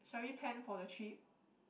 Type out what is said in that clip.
shall we plan for the trip